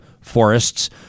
Forests